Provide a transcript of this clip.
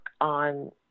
on